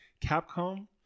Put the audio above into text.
capcom